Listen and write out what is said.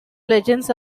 legends